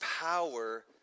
power